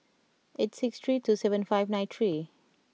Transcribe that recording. eight six three two seven five nine three